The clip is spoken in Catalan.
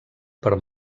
per